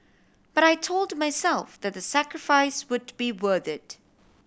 but I told myself that the sacrifice would be worth it